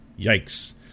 yikes